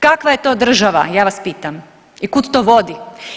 Kakva je to država, ja vas pitam, i kud to vodi?